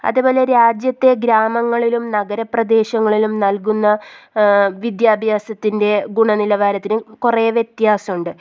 അതുപോലെ രാജ്യത്തെ ഗ്രാമങ്ങളിലും നഗരപ്രദേശങ്ങളിലും നൽകുന്ന വിദ്യാഭ്യാസത്തിൻ്റെ ഗുണനിലവാരത്തിനും കുറേ വ്യത്യാസമുണ്ട്